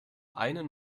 einen